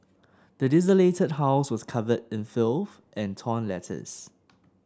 the desolated house was covered in filth and torn letters